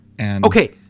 Okay